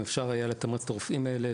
אם היה אפשר לתמרץ את הרופאים האלה,